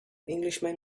englishman